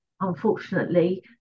unfortunately